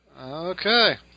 Okay